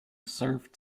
served